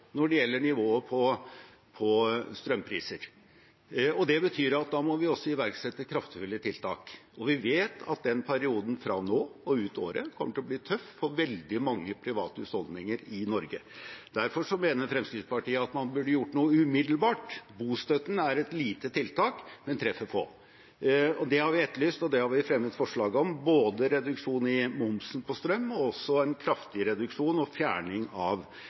når det gjelder nivået på strømpriser. Det betyr at da må vi også iverksette kraftfulle tiltak. Vi vet at perioden fra nå og ut året kommer til å bli tøff for veldig mange private husholdninger i Norge. Derfor mener Fremskrittspartiet at man burde ha gjort noe umiddelbart. Bostøtten er et lite tiltak, men det treffer få. Så dette har vi etterlyst, og det har vi fremmet forslag om: både reduksjon i momsen på strøm og en kraftig reduksjon i og fjerning av